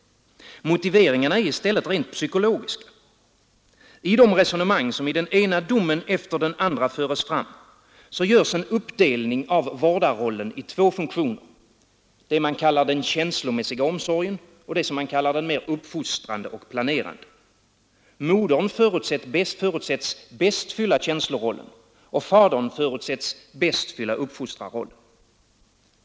Motiveringarna är i stället rent psykologiska. I de resonemang som i den ena domen efter den andra föres fram görs en uppdelning av vårdarrollen i två funktioner: det man kallar den känslomässiga omsorgen och det man kallar den mer uppfostrande och planerande. Modern förutsätts bäst fylla känslorollen och fadern förutsätts bäst fylla uppfostrarrollen.